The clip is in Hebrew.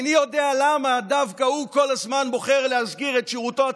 איני יודע למה דווקא הוא כל הזמן בוחר להזכיר את שירותו הצבאי,